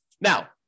now